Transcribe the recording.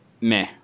meh